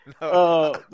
no